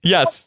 Yes